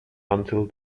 until